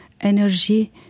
energy